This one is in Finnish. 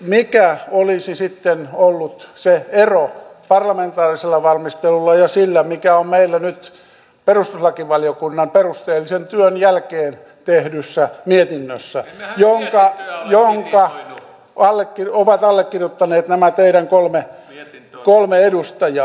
mikä olisi sitten ollut se ero parlamentaarisella valmistelulla ja sillä mikä on meillä nyt perustuslakivaliokunnan perusteellisen työn jälkeen tehdyssä mietinnössä jonka ovat allekirjoittaneet nämä teidän kolme edustajaa